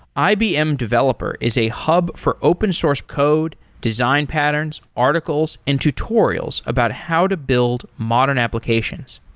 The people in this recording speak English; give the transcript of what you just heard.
ibm developer is a hub for open source code, design patterns, articles and tutorials about how to build modern applications.